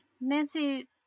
Nancy